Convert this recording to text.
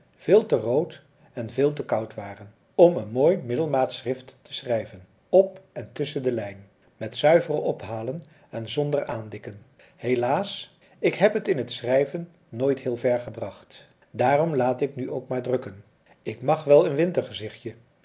veel te rood en veel te koud waren om een mooi middelmaat schrift te schrijven op en tusschen de lijn met zuivere ophalen en zonder aandikken helaas ik heb het in het schrijven nooit heel ver gebracht daarom laat ik nu ook maar drukken ik mag wel een